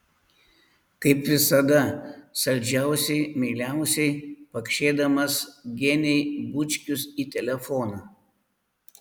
kaip visada saldžiausiai meiliausiai pakšėdamas genei bučkius į telefoną